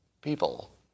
people